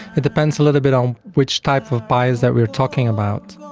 it depends a little bit on which type of bias that we're talking about.